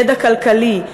ידע כלכלי,